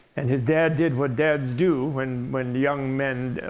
and his dad did what dads do when when young men,